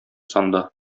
санда